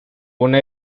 una